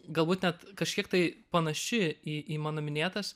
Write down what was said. galbūt net kažkiek tai panaši į į mano minėtas